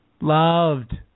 loved